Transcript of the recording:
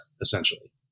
essentially